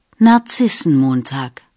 Narzissenmontag